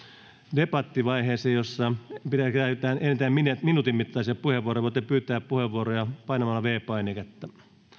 debattivaiheeseen jossa käytetään enintään minuutin mittaisia puheenvuoroja voitte pyytää puheenvuoroja painamalla viides painiketta